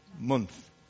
month